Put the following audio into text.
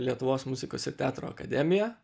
lietuvos muzikos ir teatro akademiją